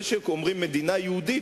זה שאומרים "מדינה יהודית",